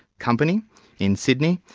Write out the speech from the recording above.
company in sydney,